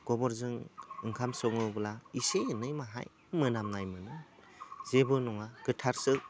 गोबोरजों ओंखाम सङोब्ला एसे एनै माहाय मोनामनाय मोनो जेबो नङा गोथारसो